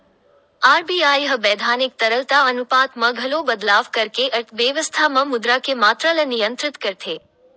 RBI ह बैधानिक तरलता अनुपात म घलो बदलाव करके अर्थबेवस्था म मुद्रा के मातरा ल नियंत्रित करथे